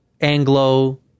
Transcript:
Anglo